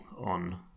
on